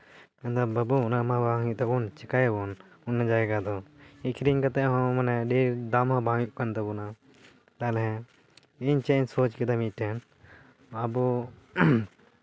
ᱢᱮᱱ ᱫᱟᱭ ᱵᱟᱹᱵᱩ ᱚᱱᱟᱢᱟ ᱵᱟᱝ ᱦᱩᱭᱩᱜ ᱛᱟᱵᱚᱱ ᱪᱮᱠᱟᱭᱟᱵᱚᱱ ᱚᱱᱟ ᱡᱟᱭᱜᱟ ᱫᱚ ᱟᱹᱠᱷᱨᱤᱧ ᱠᱟᱛᱮ ᱦᱚᱸ ᱢᱟᱱᱮ ᱟᱹᱰᱤ ᱫᱟᱢ ᱦᱚᱸ ᱵᱟᱝ ᱦᱩᱭᱩᱜ ᱠᱟᱱ ᱛᱟᱵᱚᱱᱟ ᱛᱟᱦᱞᱮ ᱤᱧ ᱪᱮᱫ ᱤᱧ ᱥᱳᱪ ᱠᱮᱫᱟ ᱢᱤᱫᱴᱮᱱ ᱟᱵᱚ